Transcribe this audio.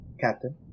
Captain